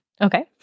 Okay